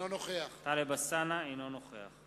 אינו נוכח